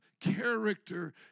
character